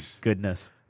goodness